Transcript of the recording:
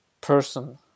person